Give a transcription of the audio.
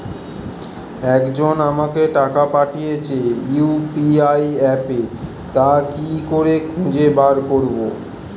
একজন আমাকে টাকা পাঠিয়েছে ইউ.পি.আই অ্যাপে তা কি করে খুঁজে বার করব?